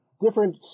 different